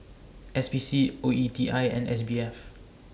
S P C O E T I and S B F